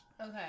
Okay